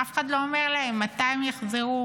אף אחד לא אומר להם מתי הם יחזרו,